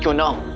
you know